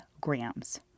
grams